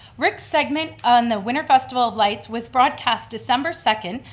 rick's segment on the winter festival of lights was broadcast december second,